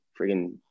Freaking